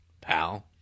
Pal